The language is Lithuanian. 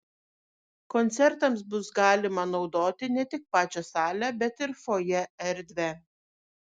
koncertams bus galima naudoti ne tik pačią salę bet ir fojė erdvę